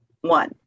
One